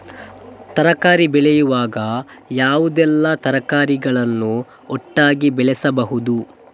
ತರಕಾರಿ ಬೆಳೆಯುವಾಗ ಯಾವುದೆಲ್ಲ ತರಕಾರಿಗಳನ್ನು ಒಟ್ಟಿಗೆ ಬೆಳೆಸಬಹುದು?